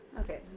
Okay